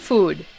Food